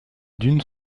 dunes